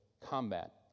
combat